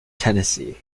tennessee